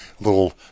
little